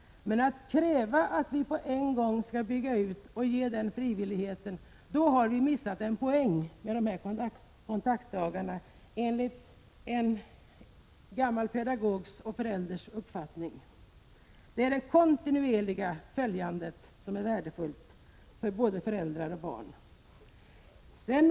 Men att kräva att vi på en gång skall bygga ut försäkringen och ge den frivilligheten skulle medföra att man missar en poäng med dessa kontaktdagar, enligt en gammal pedagogs och förälders uppfattning. Det är det kontinuerliga följandet som är värdefullt för föräldrar och barn.